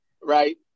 right